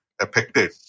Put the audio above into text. affected